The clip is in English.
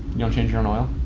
you don't change your own oil?